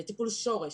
טיפול שורש.